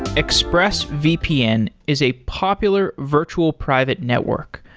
expressvpn is a popular virtual private network.